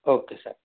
okay sir